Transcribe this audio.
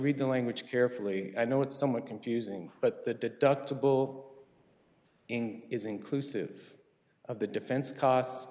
read the language carefully i know it's somewhat confusing but the deductible ing is inclusive of the defense cost